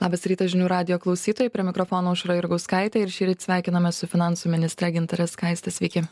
labas rytas žinių radijo klausytojai prie mikrofono aušra jurgauskaitė ir šįryt sveikinamės su finansų ministre gintare skaiste sveiki